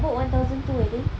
I bought one thousand two I think